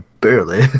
barely